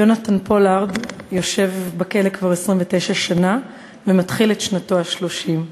יונתן פולארד יושב בכלא כבר 29 שנה ומתחיל את שנתו ה-30.